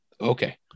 Okay